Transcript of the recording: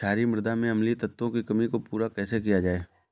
क्षारीए मृदा में अम्लीय तत्वों की कमी को पूरा कैसे किया जाए?